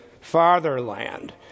fatherland